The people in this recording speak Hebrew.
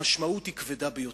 המשמעות היא כבדה ביותר.